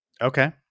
Okay